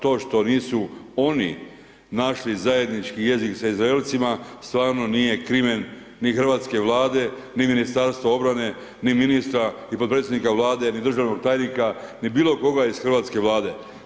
To što nisu oni našli zajednički jezik s … [[Govornik se ne razumije]] stvarno nije krimen ni hrvatske Vlade, ni Ministarstva obrane, ni ministra i potpredsjednika Vlade, ni državnog tajnika, ni bilo koga iz hrvatske Vlade.